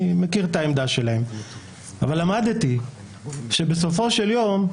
אני מכיר את העמדה שלהם אבל למדתי שבסופו של יום,